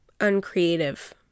uncreative